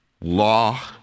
law